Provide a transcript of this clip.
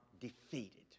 defeated